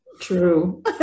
True